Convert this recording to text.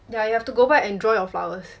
yeah you have to go back and draw your flowers